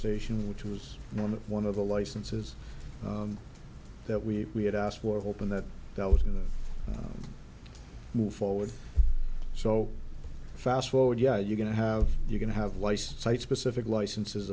station which was normally one of the licenses that we we had asked for hoping that that was going to move forward so fast forward yeah you're going to have you're going to have license site specific licenses